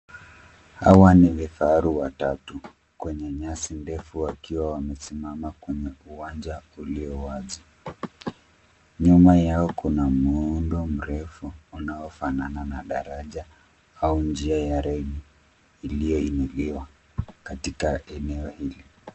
Hawa ni vifaru watatu kwenye nyasi ndefu wakiwa wamesimama kwenye uwanja ulio wazi. Nyuma yao kuna muundo mrefu unaofanana na daraja au njia ya reli iliyoinuliwa katika eneo hili.